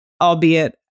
albeit